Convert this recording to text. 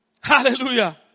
Hallelujah